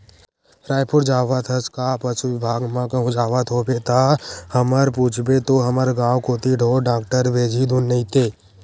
रइपुर जावत हवस का पसु बिभाग म कहूं जावत होबे ता हमर पूछबे तो हमर गांव कोती ढोर डॉक्टर भेजही धुन नइते